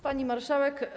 Pani Marszałek!